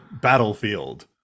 battlefield